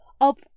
Of